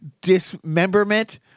dismemberment